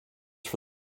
for